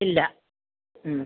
ഇല്ല മ്മ്